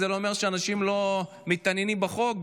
זה לא אומר שאנשים לא מתעניינים בחוק.